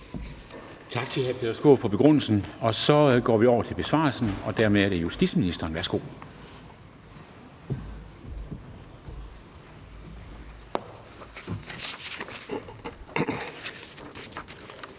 Tak til hr. Peter Skaarup for begrundelsen. Så går vi over til besvarelsen, og dermed er det justitsministeren. Værsgo.